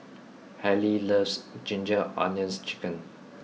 Hailey loves Ginger Onions Chicken